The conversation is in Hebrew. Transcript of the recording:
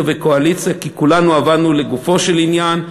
וקואליציה כי כולנו עבדנו לגופו של עניין,